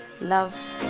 Love